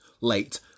late